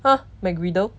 !huh! mcgriddle